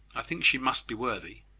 i think she must be worthy.